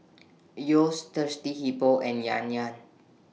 Yeo's Thirsty Hippo and Yan Yan